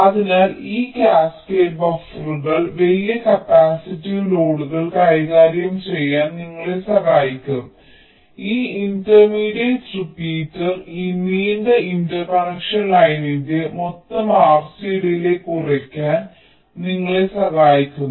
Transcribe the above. അതിനാൽ ഈ കാസ്കേഡ് ബഫറുകൾ വലിയ കപ്പാസിറ്റീവ് ലോഡുകൾ കൈകാര്യം ചെയ്യാൻ നിങ്ങളെ സഹായിക്കും ഈ ഇന്റർമീഡിയറ്റ് റിപ്പീറ്റർ ഈ നീണ്ട ഇന്റർകണക്ഷൻ ലൈനിന്റെ മൊത്തം RC ഡിലേയ്യ് കുറയ്ക്കാൻ നിങ്ങളെ സഹായിക്കുന്നു